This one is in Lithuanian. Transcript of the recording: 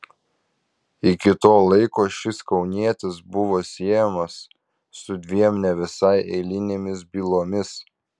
iki to laiko šis kaunietis buvo siejamas su dviem ne visai eilinėmis bylomis